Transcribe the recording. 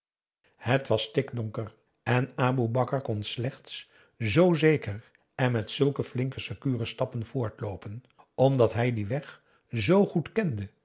het was stikdonker en aboe bakar kon slechts z zeker en met zulke flinke sekure stappen voortloopen omdat hij dien weg zoo goed kende